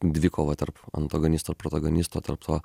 dvikova tarp antagonisto protagonisto tarp to